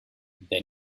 they